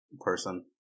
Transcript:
person